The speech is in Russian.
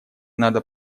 надо